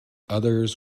others